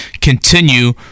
continue